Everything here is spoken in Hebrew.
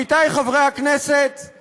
חברת הכנסת יעל גרמן הציעה הסתייגות,